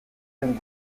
zen